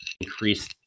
increase